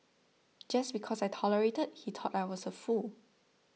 just because I tolerated he thought I was a fool